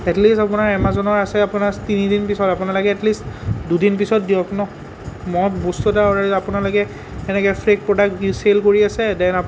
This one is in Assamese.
এট লিষ্ট আপোনাৰ এমাজনৰ আছে আপোনাৰ তিনিদিন পিছত আপোনালোকে এট লিষ্ট দুদিন পিছত দিয়ক ন মই বস্তু এটা অৰ্ডাৰ আপোনালোকে এনেকৈ ফেক প্ৰডাক্ট চেল কৰি আছে দেন আপ